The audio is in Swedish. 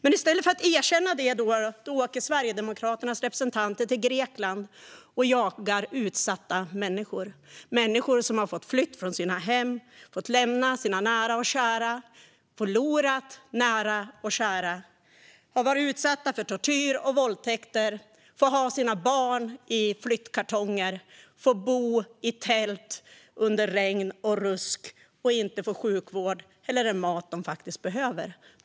Men i stället för att erkänna detta åker Sverigedemokraternas representanter till Grekland och jagar utsatta människor, människor som har fått fly från sina hem, fått lämna sina nära och kära, har förlorat nära och kära, har varit utsatta för tortyr och våldtäkter, får ha sina barn i flyttkartonger, får bo i tält i regn och rusk och inte får sjukvård eller den mat som de faktiskt behöver.